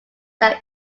than